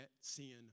sin